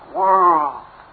world